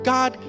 God